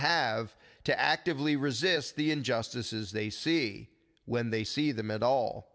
have to actively resist the injustices they see when they see them at all